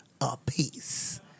apiece